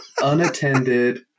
unattended